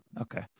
Okay